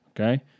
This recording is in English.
Okay